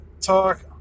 talk